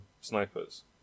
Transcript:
snipers